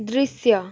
दृश्य